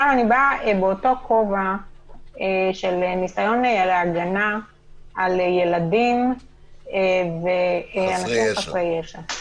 עכשיו אני באה באותו כובע של ניסיון להגנה על ילדים ועל חסרי ישע: